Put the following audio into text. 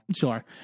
Sure